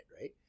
Right